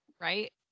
Right